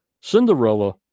Cinderella